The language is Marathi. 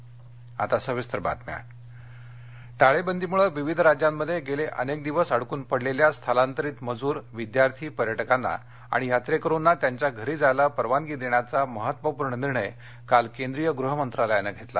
गह मंत्रालय टाळेबंदीमुळे विविध राज्यांमध्ये गेले अनेक दिवस अडकून पडलेल्या स्थलांतरीत मजूर विद्यार्थी पर्यटकांना आणि यात्रेकरूना त्यांच्या घरी जायला परवानगी देण्याचा महत्त्वपूर्ण निर्णय काल केंद्रीय गृह मंत्रालयानं घेतला